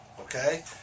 okay